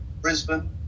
Brisbane